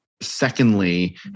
secondly